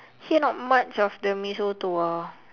here not much of the mee soto ah